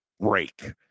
break